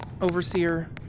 Overseer